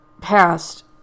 passed